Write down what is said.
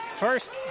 First